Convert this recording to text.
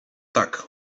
tak